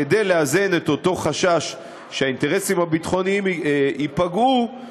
כדי לאזן את אותו חשש שהאינטרסים הביטחוניים ייפגעו,